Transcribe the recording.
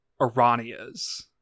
Iranias